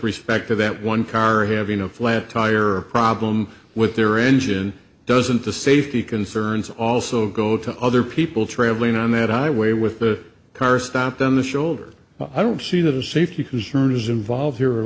respect to that one car having a flat tire a problem with their engine doesn't the safety concerns also go to other people travelling on that i way with the car stopped on the shoulder i don't see that as a safety concern is involved here at